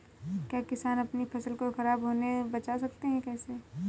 क्या किसान अपनी फसल को खराब होने बचा सकते हैं कैसे?